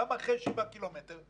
גם אחרי שבעה קילומטר,